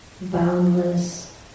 boundless